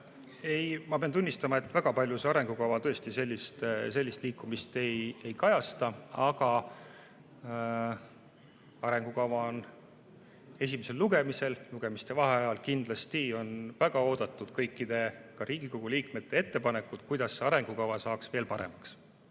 Ma pean tunnistama, et väga palju see arengukava tõesti sellist liikumist ei kajasta. Aga arengukava on alles esimesel lugemisel, lugemiste vaheajal on väga oodatud kõikide, ka Riigikogu liikmete ettepanekud, kuidas seda arengukava saaks veel paremaks